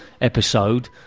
episode